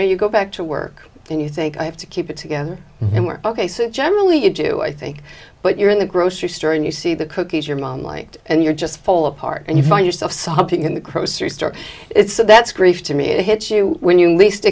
know you go back to work and you think i have to keep it together and we're ok so generally you do i think but you're in the grocery store and you see the cookies your mom liked and you're just fall apart and you find yourself sobbing in the grocery store that's grief to me it hits you when you least